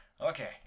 Okay